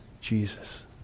Jesus